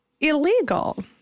illegal